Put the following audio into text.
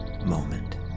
moment